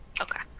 Okay